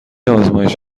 آزمایش